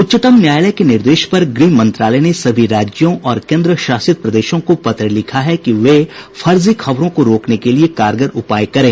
उच्चतम न्यायालय के निर्देश पर गृह मंत्रालय ने सभी राज्यों और केंद्र शासित प्रदेशों को पत्र लिखा है कि वे फर्जी खबरों को रोकने के लिए कारगर उपाय करें